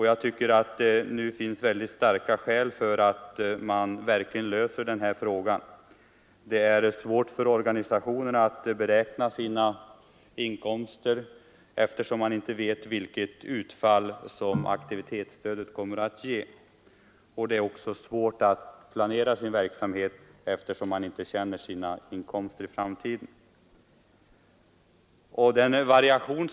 Jag anser att det finns starka skäl för att man nu löser denna fråga. Det är svårt för organisationerna att beräkna sina inkomster, eftersom man inte vet vilket utfall aktivitetsstödet kommer att ge. Det är svårt att planera verksamheten när man inte vet vilka inkomster man kommer att ha i framtiden.